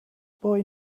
boy